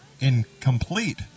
incomplete